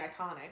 iconic